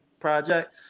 Project